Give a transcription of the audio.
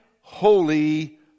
holy